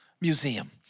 Museum